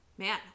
Man